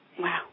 Wow